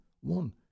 one